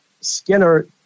Skinner